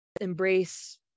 embrace